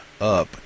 up